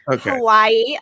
Hawaii